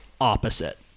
opposite